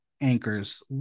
anchors